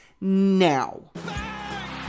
now